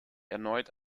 erneut